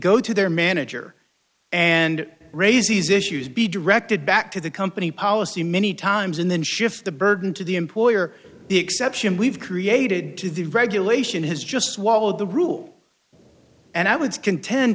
go to their manager and raises issues be directed back to the company policy many times and then shift the burden to the employer the exception we've created to the regulation has just swallowed the rule and i would contend